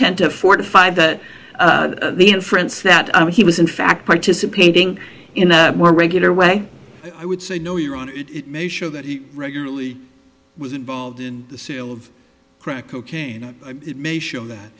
tend to fortify that the inference that he was in fact participating in a more regular way i would say no your honor it may show that he regularly was involved in the sale of crack cocaine and it may show that